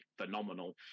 phenomenal